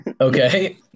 okay